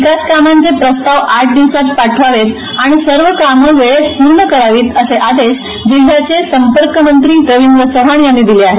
विकास कामांचे प्रस्ताव आठ दिवसांत पाठवावेत आणि सर्व कामं वेळेत पूर्ण करावीत असे आदेश जिल्ह्याचे संपर्कमंत्री रवींद्र चव्हाण यांनी दिले आहेत